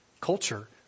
culture